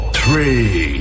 three